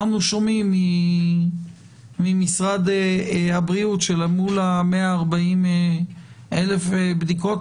אנחנו שומעים ממשרד הבריאות שלמול 140,000 הבדיקות